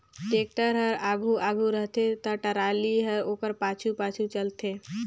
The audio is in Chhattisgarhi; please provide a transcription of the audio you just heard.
टेक्टर हर आघु आघु रहथे ता टराली हर ओकर पाछू पाछु चलथे